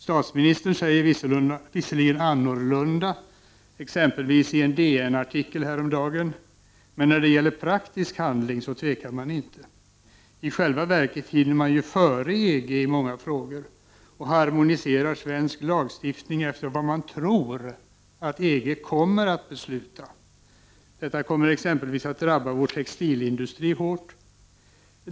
Statsministern säger visserligen annorlunda, exempelvis i en DN-artikel häromdagen, men när det gäller praktisk handling så tvekar man inte. I själva verket hinner man ju före EG i många frågor och harmoniserar svensk lagstiftning efter vad man tror att EG kommer att besluta. Detta kommer exempelvis att drabba vår textilindustri hårt.